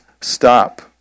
stop